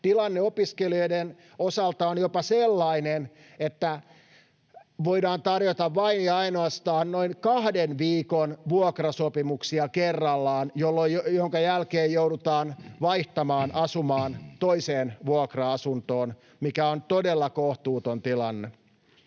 tilanne opiskelijoiden osalta on jopa sellainen, että voidaan tarjota vain ja ainoastaan noin kahden viikon vuokrasopimuksia kerrallaan, jonka jälkeen joudutaan vaihtamaan asumaan toiseen vuokra-asuntoon, mikä on todella kohtuuton tilanne.